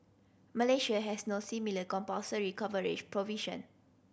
Malaysia has no similar compulsory coverage provision